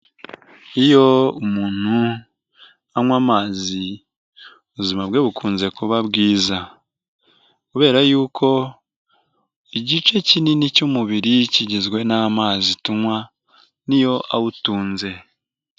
Iyo umuntu anywa amazi ubuzima bwe bukunze kuba bwiza. Kubera yuko igice kinini cy'umubiri kigizwe n'amazi tunywa, ni yo awutunze.